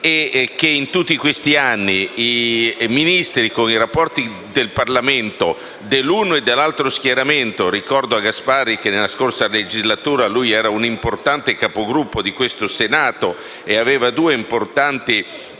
in tutti questi anni dai Ministri per i rapporti con il Parlamento dell'uno e dell'altro schieramento. Ricordo a Gasparri che nella scorsa legislatura era un importante Capogruppo di questo Senato e che il suo partito